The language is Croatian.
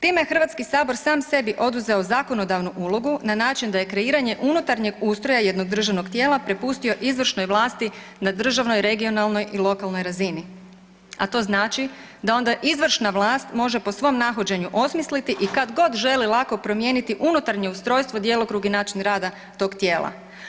Time je HS sam sebi oduzeo zakonodavnu ulogu na način da je kreiranje unutarnjeg ustroja jednog državnog tijela prepustio izvršnoj vlasti na državnoj, regionalnog i lokalnoj razini, a to znači da onda izvršna vlast može po svom nahođenju osmisliti i kad god želi lako promijeniti unutarnje ustrojstvo, djelokrug i način rada tog tijela.